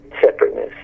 separateness